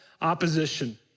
opposition